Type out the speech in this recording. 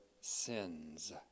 sins